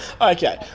Okay